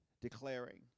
declaring